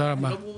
לא ברורה.